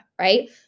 right